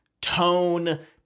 tone